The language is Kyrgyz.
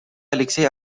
алексей